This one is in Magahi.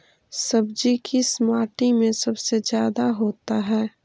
सब्जी किस माटी में सबसे ज्यादा होता है?